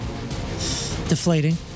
deflating